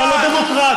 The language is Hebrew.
אתה לא דמוקרט.